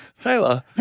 Taylor